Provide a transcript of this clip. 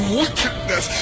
wickedness